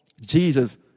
Jesus